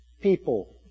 people